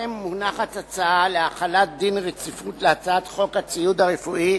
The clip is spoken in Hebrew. בפניכם מונחת הצעה להחלת דין רציפות על הצעת חוק ציוד רפואי,